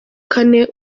kane